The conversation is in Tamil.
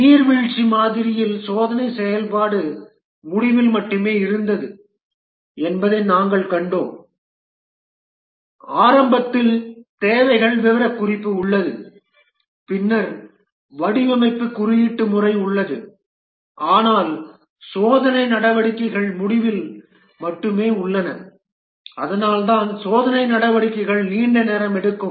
நீர்வீழ்ச்சி மாதிரியில் சோதனை செயல்பாடு முடிவில் மட்டுமே இருந்தது என்பதை நாங்கள் கண்டோம் ஆரம்பத்தில் தேவைகள் விவரக்குறிப்பு உள்ளது பின்னர் வடிவமைப்பு குறியீட்டு முறை உள்ளது ஆனால் சோதனை நடவடிக்கைகள் முடிவில் மட்டுமே உள்ளன அதனால்தான் சோதனை நடவடிக்கைகள் நீண்ட நேரம் எடுக்கும்